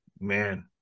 man